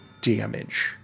damage